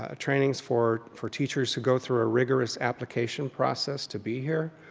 ah trainings for for teachers to go through a rigorous application process to be here.